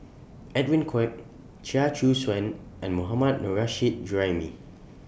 Edwin Koek Chia Choo Suan and Mohammad Nurrasyid Juraimi